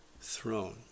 throne